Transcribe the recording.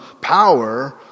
power